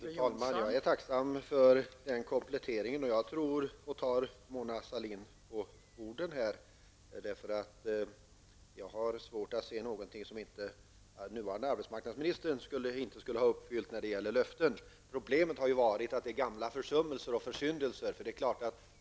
Fru talman! Jag är tacksam för den kompletteringen, och jag tar Mona Sahlin på orden. Jag har svårt att se vad den nuvarande arbetsmarknadsministern inte skulle ha uppfyllt när det gäller löften. Problemet har varit att det funnits gamla försummelser och försyndelser.